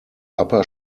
upper